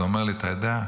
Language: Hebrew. אז הוא אומר לי: אתה יודע,